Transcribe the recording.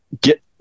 get